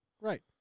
Right